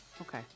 Okay